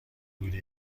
بوده